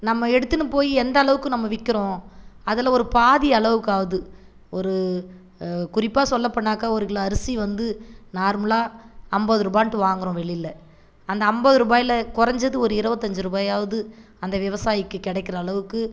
நம்ம எடுத்துன்னு போய் எந்த அளவுக்கு நம்ம விற்கிறோம் அதில் ஒரு பாதி அளவுக்காவது ஒரு குறிப்பாக சொல்ல போனாக்கா ஒரு கிலோ அரிசி வந்து நார்மலாக ஐம்பது ரூபான்ட்டு வாங்குறோம் வெளியில அந்த ஐம்பது ரூபாய்ல குறஞ்சது ஒரு இருபத்தஞ்சி ரூபாயாவது அந்த விவசாயிக்கு கிடைக்கிற அளவுக்கு